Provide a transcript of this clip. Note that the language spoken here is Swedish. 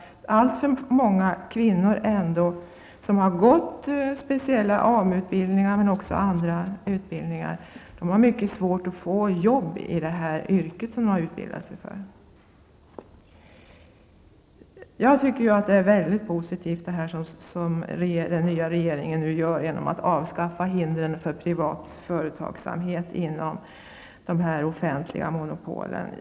Alltför många kvinnor har nämligen genomgått speciella AMU utbildningar och andra utbildningar och har ändå mycket svårt att få jobb i de yrken som de utbildat sig till. Jag tycker det är mycket positivt av den nya regeringen att avskaffa hindren för privat företagssamhet inom den offentliga monopolen.